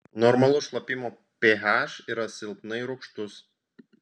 normalus šlapimo ph yra silpnai rūgštus